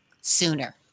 sooner